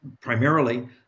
primarily